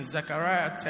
Zechariah